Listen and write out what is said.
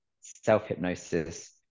self-hypnosis